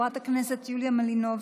חברת הכנסת יוליה מלינובסקי.